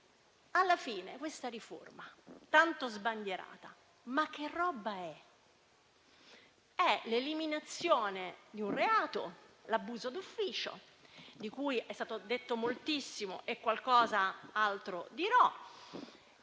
Alla fine questa riforma tanto sbandierata che roba è? È l'eliminazione del reato di abuso d'ufficio, di cui è stato detto moltissimo e qualcos'altro dirò.